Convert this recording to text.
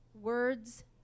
Words